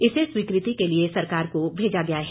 इसे स्वीकृति के लिए सरकार को भेजा गया है